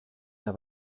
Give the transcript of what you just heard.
mehr